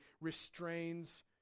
restrains